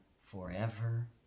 forever